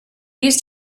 used